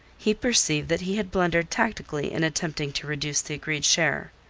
he perceived that he had blundered tactically in attempting to reduce the agreed share.